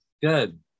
good